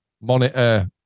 monitor